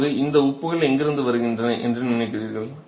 இப்போது இந்த உப்புகள் எங்கிருந்து வருகின்றன என்று நினைக்கிறீர்கள்